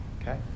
Okay